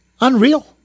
Unreal